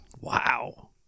Wow